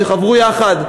שחברו יחד,